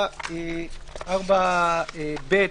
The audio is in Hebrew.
4(ב).